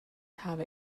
have